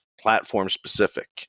platform-specific